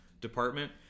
department